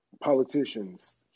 politicians